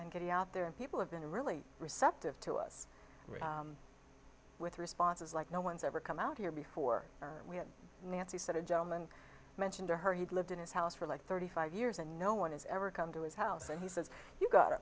he out there people have been really receptive to us with responses like no one's ever come out here before we had nancy said a gentleman mentioned to her he'd lived in his house for like thirty five years and no one has ever come to his house and he says you got